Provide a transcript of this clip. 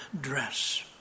dress